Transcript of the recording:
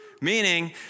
Meaning